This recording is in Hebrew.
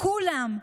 כולם.